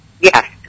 Yes